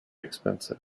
expensive